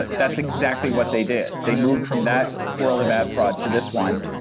that's exactly what they did. they moved from that world of ad fraud to this one.